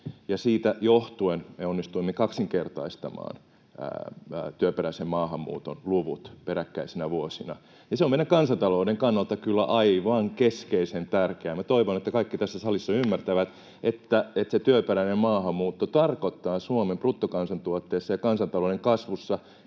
Siitä johtuen me onnistuimme kaksinkertaistamaan työperäisen maahanmuuton luvut peräkkäisinä vuosina, ja se on meidän kansantaloutemme kannalta kyllä aivan keskeisen tärkeää. Minä toivon, että kaikki tässä salissa ymmärtävät, että työperäinen maahanmuutto tarkoittaa Suomen bruttokansantuotteessa ja kansantalouden kasvussa